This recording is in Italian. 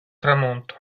tramonto